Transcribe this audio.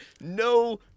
no